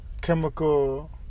chemical